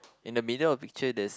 in the middle of picture there's